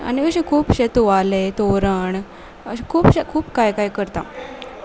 आनी अशे खुबशे तुवाले तोरण अशे खुबशे खूब कांय कांय करता